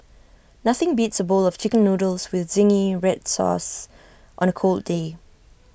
nothing beats A bowl of Chicken Noodles with Zingy Red Sauce on A cold day